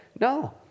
No